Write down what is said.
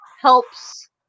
helps